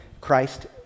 Christ